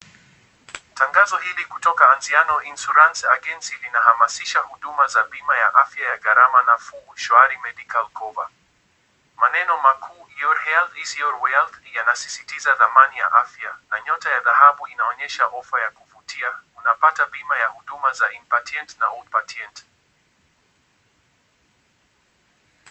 Tangazo hili kutoka Aziano Insurance Agency. Linahamasisha huduma za bima ya afya ya gharama nafuu, Shwari medical cover. Maneno makuu, your health is your wealth , yanasisitiza thamani ya afya. Na nyota ya dhahabu inaonyesha ofa ya kuvutia. Unapata bima ya huduma za inpatient na outpatient .